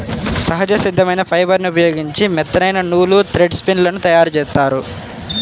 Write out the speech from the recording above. సహజ సిద్ధమైన ఫైబర్ని ఉపయోగించి మెత్తనైన నూలు, థ్రెడ్ స్పిన్ లను తయ్యారుజేత్తారు